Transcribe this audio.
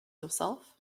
yourself